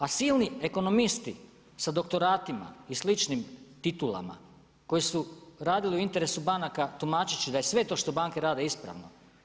A silni ekonomisti sa doktoratima i sličnim titulama koji su radili u interesu banaka, tumačit će da je sve to što banke rade ispravno.